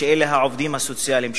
שאלה העובדים הסוציאליים,